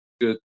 good